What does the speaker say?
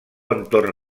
entorn